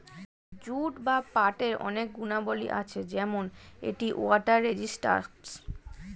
jute বা পাটের অনেক গুণাবলী আছে যেমন এটি ওয়াটার রেজিস্ট্যান্স